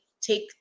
take